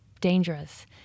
dangerous